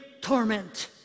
torment